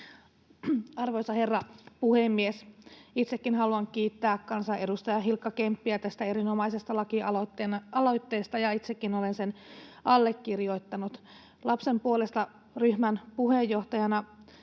Arvoisa herra puhemies! Itsekin haluan kiittää kansanedustaja Hilkka Kemppiä tästä erinomaisesta lakialoitteesta. Itsekin olen sen allekirjoittanut Lapsen puolesta -ryhmän puheenjohtajana.